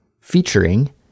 Featuring